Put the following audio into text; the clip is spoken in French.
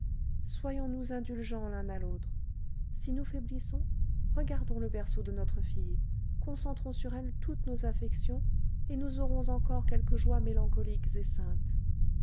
soyons-nous indulgents l'un à l'autre si nous faiblissons regardons le berceau de notre fille concentrons sur elle toutes nos affections et nous aurons encore quelques joies mélancoliques et saintes